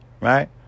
Right